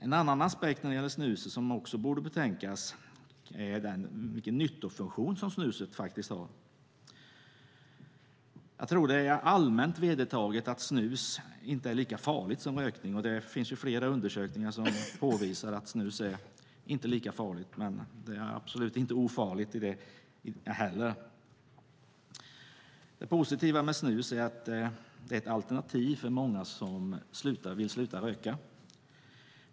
En annan aspekt när det gäller snuset som också borde betänkas är vilken nyttofunktion som snuset har. Jag tror att det är allmänt vedertaget att snus inte är lika farligt som rökning. Det finns flera undersökningar som påvisar att snus inte är lika farligt, även om det absolut inte är ofarligt. Det positiva med snus är att det är ett alternativ för många som vill sluta röka.